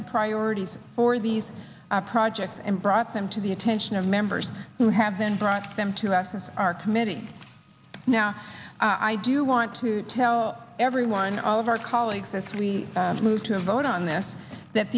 the priorities for these projects and brought them to the attention of members who have been brought them to us and our committee now i do want to tell everyone all of our colleagues as we move to a vote on this that